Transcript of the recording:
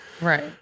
right